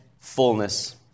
fullness